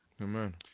Amen